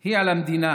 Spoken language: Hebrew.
הוא על המדינה